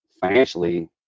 financially